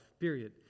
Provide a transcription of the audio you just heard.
period